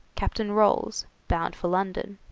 captain rolls, bound for london.